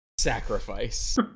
Sacrifice